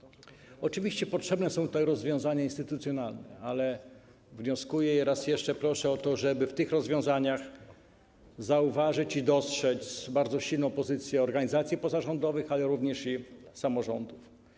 Oczywiście potrzebne są tutaj rozwiązania instytucjonalne, ale wnioskuję i raz jeszcze proszę o to, żeby w tych rozwiązaniach zauważyć i dostrzec bardzo silną pozycję organizacji pozarządowych, ale również samorządów.